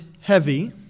heavy